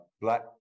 Black